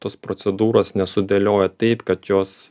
tos procedūros nesudėlioja taip kad jos